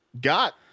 got